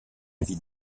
vie